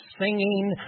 singing